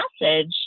message